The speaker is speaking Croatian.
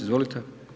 Izvolite.